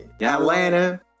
Atlanta